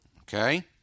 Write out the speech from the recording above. okay